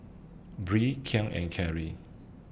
Bree Kian and Kerry